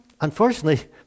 Unfortunately